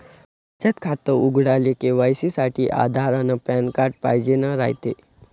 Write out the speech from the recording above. बचत खातं उघडाले के.वाय.सी साठी आधार अन पॅन कार्ड पाइजेन रायते